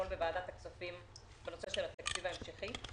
בוועדת הכספים בנושא התקציב ההמשכי.